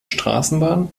straßenbahn